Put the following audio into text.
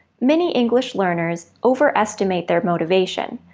many english learners overestimate their motivation,